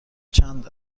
چند